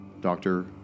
Doctor